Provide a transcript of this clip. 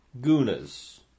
Gunas